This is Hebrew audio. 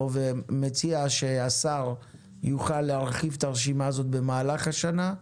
ומציע שהשר יוכל להרחיב את הרשימה הזאת במהלך השנה,